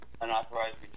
unauthorized